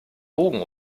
bogen